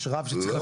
יש רב שצריך לחתום.